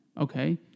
Okay